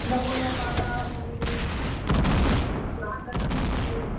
नमोनमः भगिनी स्वागतमस्ति